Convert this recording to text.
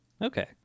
Okay